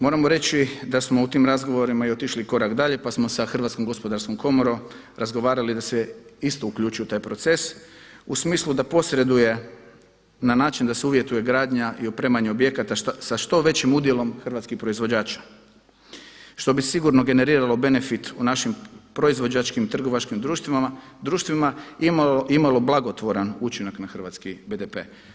Moramo reći da smo u tim razgovorima i otišli korak dalje pa smo sa HGK-om razgovarali da se isto uključi u taj proces u smislu da posreduje na način da se uvjetuje gradnja i opremanje objekata sa što većim udjelom hrvatskih proizvođača, što bi sigurno generiralo benefit u našim proizvođačkim trgovačkim društvima imalo blagotvoran učinak na hrvatski BDP.